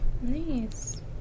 Nice